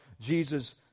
Jesus